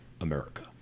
America